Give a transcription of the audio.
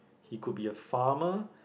he could be a farmer